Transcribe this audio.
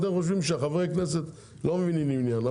אתם חושבים שחברי הכנסת לא מבינים עניין,